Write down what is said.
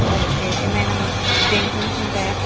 okay okay ఏమైనా junctions ఉంటాయా